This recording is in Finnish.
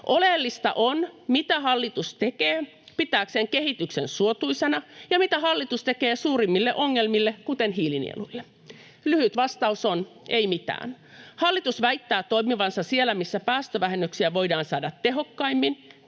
Oleellista on, mitä hallitus tekee pitääkseen kehityksen suotuisana ja mitä hallitus tekee suurimmille ongelmille, kuten hiilinieluille. Lyhyt vastaus on: ei mitään. Hallitus väittää toimivansa siellä, missä päästövähennyksiä voidaan saada tehokkaimmin